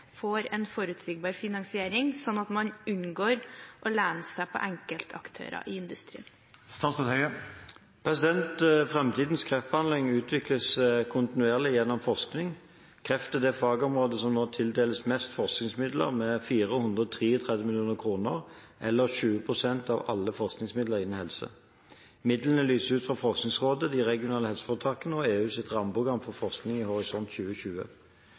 får en forutsigbar finansiering, slik at man unngår å lene seg på enkeltaktører i industrien?» Framtidens kreftbehandling utvikles kontinuerlig gjennom forskning. Kreft er det fagområdet som tildeles mest forskningsmidler, med 433 mill. kr eller 20 pst. av alle forskningsmidler innen helse. Midlene lyses ut av Forskningsrådet, de regionale helseforetakene og EUs rammeprogram for forskning, Horisont 2020.